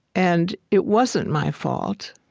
and it wasn't my fault.